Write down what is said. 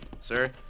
Sir